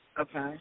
Okay